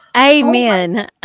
amen